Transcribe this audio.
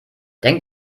denk